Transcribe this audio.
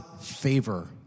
favor